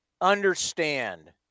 understand